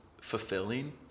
fulfilling